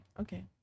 okay